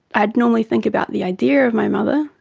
i'd normally think about the idea of my mother,